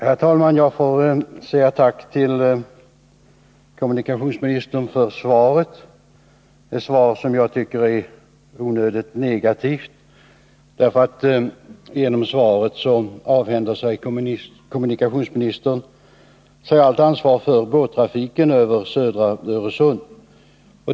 Herr talman! Jag får tacka kommunikationsministern för svaret, ett svar som jag tycker är onödigt negativt. Genom svaret avhänder sig kommunikationsministern allt ansvar för båttrafiken över södra Öresund.